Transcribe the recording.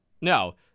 No